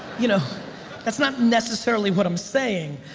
you know that's not necessarily what i'm saying.